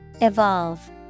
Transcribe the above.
evolve